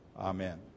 Amen